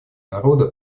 народа